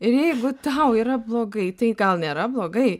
ir jeigu tau yra blogai tai gal nėra blogai